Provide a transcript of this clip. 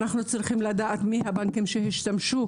אנחנו צריכים לדעת מי הבנקים שהשתמשו